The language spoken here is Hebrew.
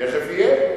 תיכף יהיה.